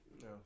No